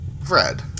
Fred